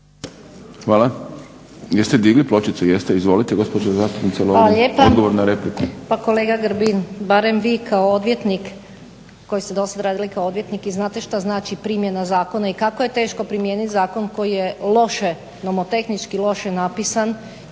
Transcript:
Hvala. Jeste digli pločicu? Jeste. Izvolite gospođo zastupnice Lovrin, odgovor na repliku. **Lovrin, Ana (HDZ)** Hvala lijepa. Pa kolega Grbin barem vi kao odvjetnik koji ste dosad radili kao odvjetnik i znate što znači primjena zakona i kako je teško primijeniti zakon koji je loše, nomotehnički loše napisan,